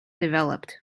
developed